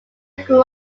grew